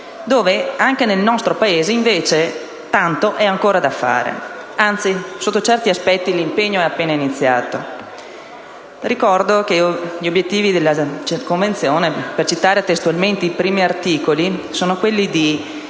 dove, anche nel nostro Paese, invece vi è ancora tanto da fare. Anzi, sotto certi aspetti, l'impegno è appena iniziato. Ricordo che gli obiettivi della Convenzione, per citare testualmente i primi articoli sono: perseguire